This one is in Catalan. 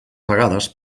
vegades